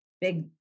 big